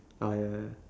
ah yeah yeah